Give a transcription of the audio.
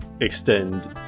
extend